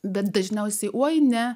dažniausiai oi ne